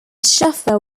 jaffa